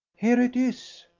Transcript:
here it is.